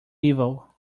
evil